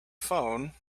phone